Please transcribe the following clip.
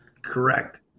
correct